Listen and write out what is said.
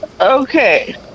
Okay